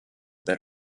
that